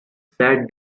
said